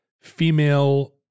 female